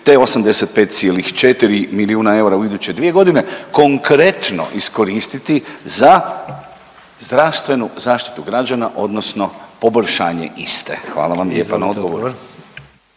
te 85,4 milijuna eura u iduće dvije godine konkretno iskoristiti za zdravstvenu zaštitu građana odnosno poboljšanje iste. Hvala vam lijepa na odgovoru.